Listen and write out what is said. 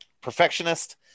Perfectionist